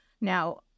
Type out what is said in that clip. Now